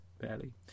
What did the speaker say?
Barely